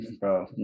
Bro